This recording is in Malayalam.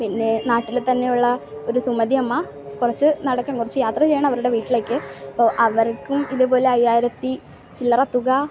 പിന്നെ നാട്ടിൽ തന്നെ ഉള്ള ഒരു സുമതി അമ്മ കുറച്ച് നടക്കണം കുറച്ച് യാത്ര ചെയ്യണം അവരുടെ വീട്ടിലേക്ക് അപ്പോൾ അവർക്കും ഇതുപോലെ അയ്യായിരത്തി ചില്ലറ തുക